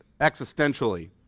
existentially